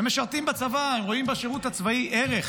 הם משרתים בצבא, הם רואים בשירות הצבאי ערך.